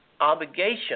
obligation